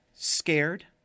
scared